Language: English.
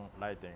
lighting